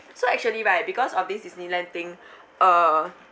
so actually right because of this disneyland thing uh